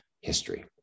history